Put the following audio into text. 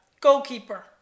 goalkeeper